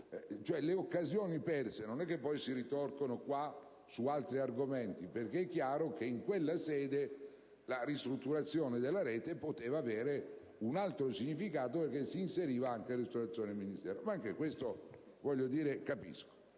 Le occasioni perse non è che poi si ritorcono qui su altri argomenti, perché è chiaro che in quella sede la ristrutturazione della rete poteva avere un altro significato, in quanto si inseriva nella ristrutturazione del Ministero. Ma anche questo lo capisco.